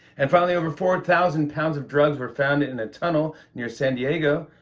and finally, over four and thousand pounds of drugs were found in a tunnel near san diego.